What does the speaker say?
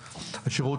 צהריים טובים.